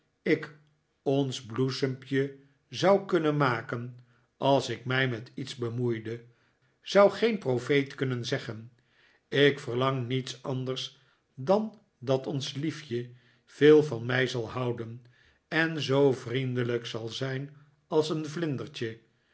ik ons bloesempje zou kunnen maken als ik mij met iets bemoeide zou geen profeet kunnen zeggen ik verlang niets anders dan dat ons liefje veel van mij zal houden en zoo vroolijk zal zijn als een vlindertje